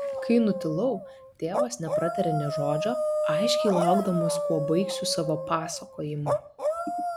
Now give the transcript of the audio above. kai nutilau tėvas nepratarė nė žodžio aiškiai laukdamas kuo baigsiu savo pasakojimą